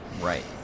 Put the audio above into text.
Right